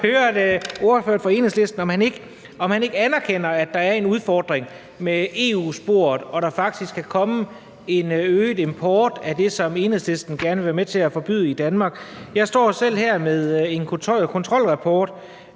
vil bare høre ordføreren for Enhedslisten, om han ikke anerkender, at der er en udfordring med EU-sporet, og at der faktisk kan komme en øget import af det, som Enhedslisten gerne vil være med til at forbyde i Danmark. Jeg står selv her med en kontrolrapport